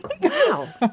Wow